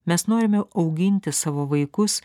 mes norime auginti savo vaikus